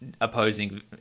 opposing